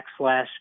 backslash